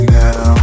now